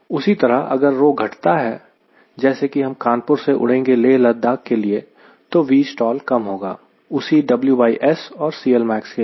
उसी तरह अगर घटता रहे जैसे कि हम कानपुर से उड़ेंगे लेह लद्दाख के लिए तो Vstall कम होगा उसी WS CLmax के लिए